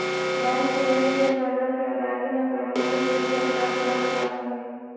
bank से लेल गेल कर्जा के अदायगी न करे में भी वित्तीय अपराध कहल जा हई